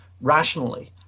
rationally